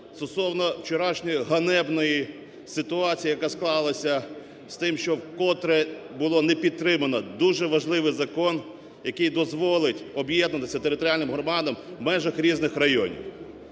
Стосовно вчорашньої ганебної ситуації, яка склалася з тим, що вкотре було не підтримано дуже важливий закон, який дозволить об'єднатися територіальним громадам в межах різних районів.